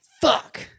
fuck